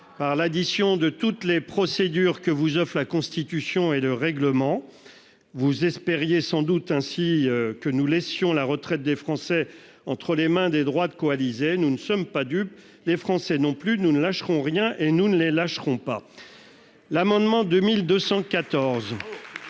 par l'addition de toutes les procédures que vous offrent la Constitution et le règlement. Vous espériez sans doute que nous laisserions la retraite des Français entre les mains des droites coalisées. Nous ne sommes pas dupes, les Français non plus. Nous ne lâcherons rien, nous ne les lâcherons pas. L'amendement n° 2214